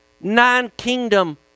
non-kingdom